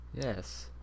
Yes